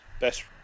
best